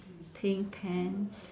pink pants